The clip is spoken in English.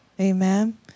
Amen